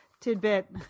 tidbit